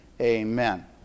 Amen